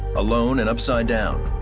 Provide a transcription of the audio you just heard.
alone and upside down,